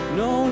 no